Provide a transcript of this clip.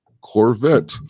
Corvette